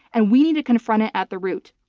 and we need to confront it at the root.